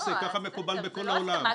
ככה מקובל בכל העולם.